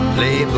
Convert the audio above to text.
Play